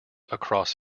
across